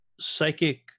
psychic